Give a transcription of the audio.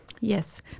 Yes